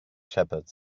shepherd